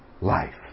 life